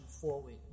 forward